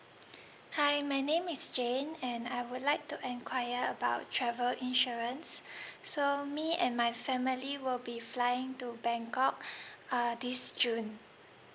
hi my name is jane and I would like to enquire about travel insurance so me and my family will be flying to bangkok uh this june